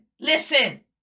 listen